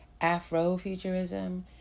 Afrofuturism